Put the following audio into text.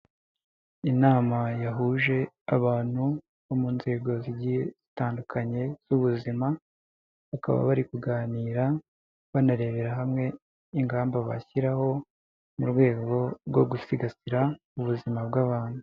Inama yahuje abantu bo mu nzego zigiye zitandukanye z'ubuzima, bakaba bari kuganira banarebera hamwe ingamba bashyiraho mu rwego rwo gusigasira ubuzima bw'abantu.